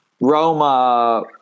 Roma